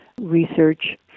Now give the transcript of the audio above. research